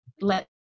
let